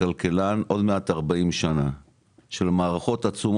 אחרי העדכון